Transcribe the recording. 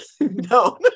No